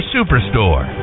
Superstore